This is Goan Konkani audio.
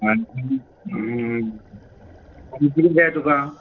आनी आनी किदें जाय तुका